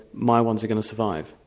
my ones are going to survive'?